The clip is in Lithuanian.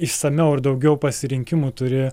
išsamiau ir daugiau pasirinkimų turi